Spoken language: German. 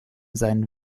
seinen